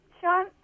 Sean